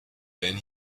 then